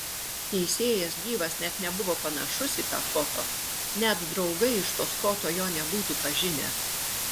teisėjas gyvas net nebuvo panašus į tą foto net draugai iš tos foto jo nebūtų pažinę